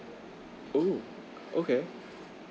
oh okay